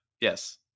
yes